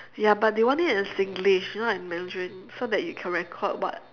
ya but they want it in singlish not in mandarin so that you can record what~